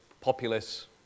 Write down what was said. populists